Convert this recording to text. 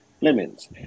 Lemons